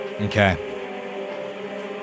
Okay